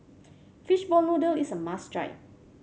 fishball noodle is a must try